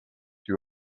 two